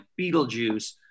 Beetlejuice